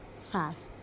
fast